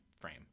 frame